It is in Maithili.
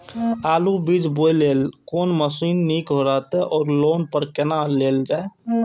आलु बीज बोय लेल कोन मशीन निक रहैत ओर लोन पर केना लेल जाय?